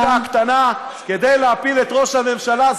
זה הפוליטיקה הקטנה כדי להפיל את ראש הממשלה.